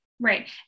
Right